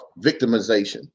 victimization